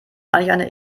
eigentlich